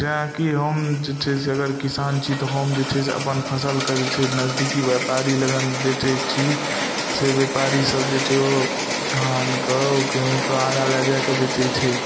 जेनाकि हम जे छै से अगर किसान छी तऽ हम जे छी से अपन फसलके जे छै नजदिकी व्यापारी लगन बेचै छी से व्यापारी सब जे छै ओ धानके गेहूँके आगा लए जाकऽ बेचै छै